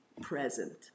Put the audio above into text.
present